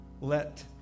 let